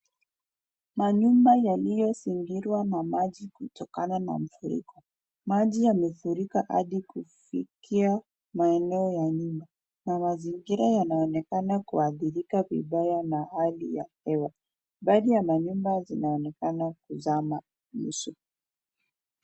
Manyumba yaliyo zingirwa na maji kutokana na mafuriko. Maji yamefurika hadi kufikia maeneo ya nyumba na mazingira yanaonekana kuathirika vibaya na hali ya hewa, baadhi ya manyumba zinaonekana kuzama nusu.